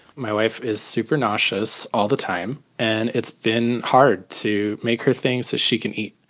my wife is super nauseous all the time and it's been hard to make her things so she can eat.